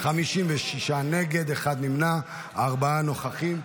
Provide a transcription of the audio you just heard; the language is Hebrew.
56 נגד, אחד נמנע, ארבעה נוכחים.